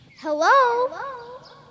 Hello